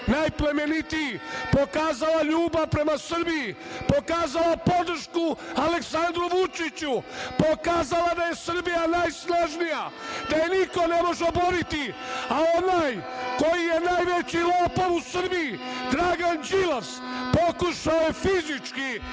najplemenitiji, pokazala ljubav prema Srbiji, pokazala podršku Aleksandru Vučiću, pokazala da je Srbija najsložnija, da je niko ne može oboriti, a onaj koji je najveći lopov u Srbiji Dragan Đilas, pokušao je fizički